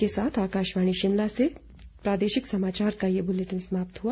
इसी के साथ आकाशवाणी शिमला से प्रादेशिक समाचार का ये बुलेटिन समाप्त हुआ